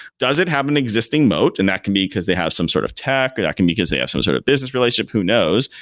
does it have an existing mote? and that can be because they have some sort of tech. that can be because they have some sort of business relationship. who knows?